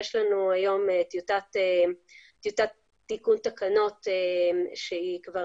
יש לנו היום טיוטת תיקון תקנות שהיא כבר